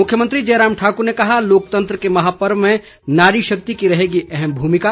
मुख्यमंत्री जयराम ठाकुर ने कहा लोकतंत्र के महापर्व में नारी शक्ति की रहेगी अहम भूमिका